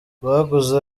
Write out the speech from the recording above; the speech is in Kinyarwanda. baguze